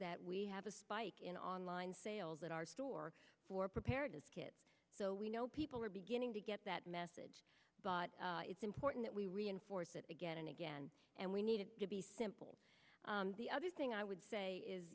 that we have a spike in online sales at our store for preparedness kit so we know people are beginning to get that message but it's important that we reinforce that again and again and we need it to be simple the other thing i would say is